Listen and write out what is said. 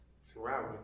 throughout